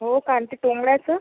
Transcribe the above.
हो का आणि ते तोंगड्याचं